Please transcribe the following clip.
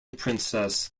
princess